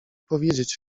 powiedzieć